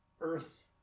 Earth